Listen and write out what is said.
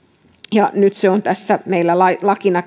ja nyt se on tässä meillä lakina